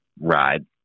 ride